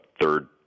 third